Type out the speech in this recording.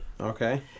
Okay